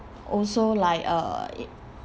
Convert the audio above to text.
also like uh